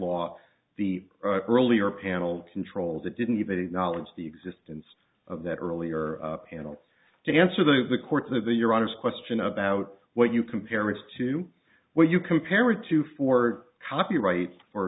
law the earlier panel controls it didn't even acknowledge the existence of that earlier panel to answer the the course of the year honest question about what you compare it to when you compare it to for copyright or